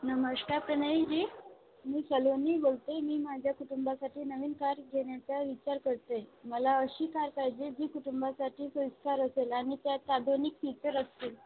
नमस्कार प्रणय जी मी सलोनी बोलते मी माझ्या कुटुंबासाठी नवीन कार घेण्याचा विचार करते मला अशी कार पाहिजे जी कुटुंबासाठी सोयीस्कर असेल आणि त्यात आधुनिक फीचर असतील